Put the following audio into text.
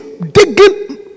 digging